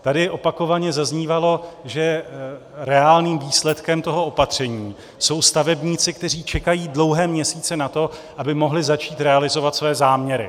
Tady opakovaně zaznívalo, že reálným výsledkem toho opatření jsou stavebníci, kteří čekají dlouhé měsíce na to, aby mohli začít realizovat svoje záměry.